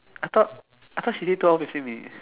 I thought I thought she say twelve fifteen minutes